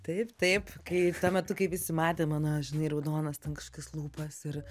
taip taip kai tuo metu kai visi matė mano žinai raudonas ten kažkias lūpas ir